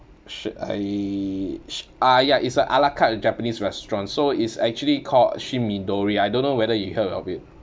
should I sh~ ah ya it's a a la carte japanese restaurant so is actually called shin minori I don't know whether you heard of it